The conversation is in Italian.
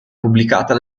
pubblicata